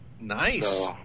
Nice